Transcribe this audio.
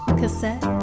cassette